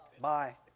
Bye